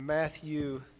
Matthew